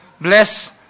bless